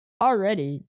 already